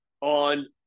on